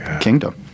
kingdom